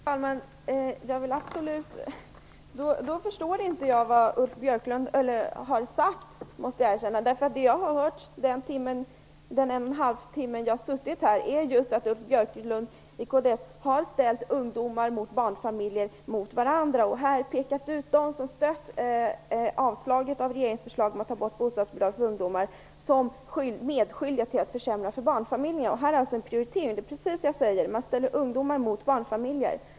Herr talman! Då förstår inte jag vad Ulf Björklund har sagt. Det måste jag erkänna. Det jag har hört under den en och en halv timme jag har suttit här i kammaren är just att Ulf Björklund från kds har ställt ungdomar och barnfamiljer mot varandra. Han har här pekat ut dem som stött ett avslag till regeringens förslag om att ta bort bostadsbidraget för ungdomar som medskyldiga till att försämra för barnfamiljerna. Det är en prioritering, precis som jag säger. Man ställer ungdomar mot barnfamiljer.